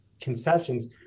concessions